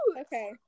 Okay